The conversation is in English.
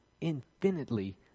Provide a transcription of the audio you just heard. infinitely